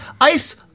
ICE